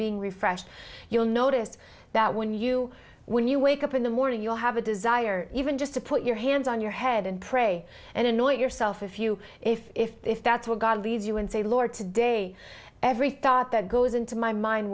being refresh you'll notice that when you when you wake up in the morning you'll have a desire even just to put your hands on your head and pray and annoy yourself if you if if if that's where god leads you and say lord today every thought that goes into my mind